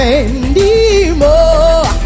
anymore